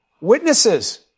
witnesses